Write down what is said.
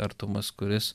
artumas kuris